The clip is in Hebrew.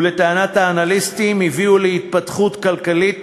ולטענת האנליסטים הביאו להתפתחות כלכלית